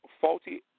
faulty